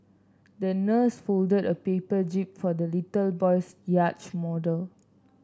the nurse folded a paper jib for the little boy's yacht model